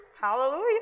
Hallelujah